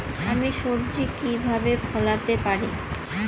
আমি সবজি কিভাবে ফলাতে পারি?